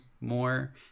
more